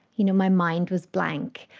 you know, my mind was blank.